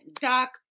Doc